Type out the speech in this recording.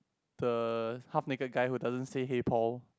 the half naked guy who doesn't say hey Paul